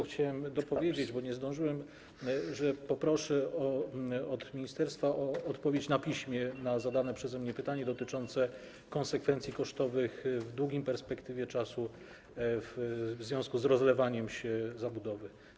Chciałem tylko dopowiedzieć, bo nie zdążyłem, że poproszę od ministerstwa o odpowiedź na piśmie na zadane przeze mnie pytanie dotyczące konsekwencji kosztowych w długiej perspektywie czasowej w związku z rozlewaniem się zabudowy.